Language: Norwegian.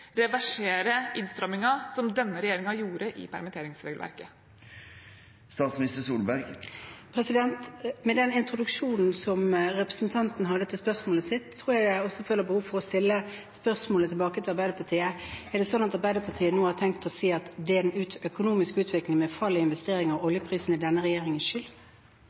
reversere innstrammingen som denne regjeringen gjorde i permitteringsregelverket? Med den introduksjonen som representanten hadde i spørsmålet sitt, tror jeg at jeg føler behov for å stille spørsmål tilbake til Arbeiderpartiet: Er det sånn at Arbeiderpartiet nå har tenkt å si at den økonomiske utviklingen med fall i investeringer og oljeprisen er denne regjeringens skyld?